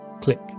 Click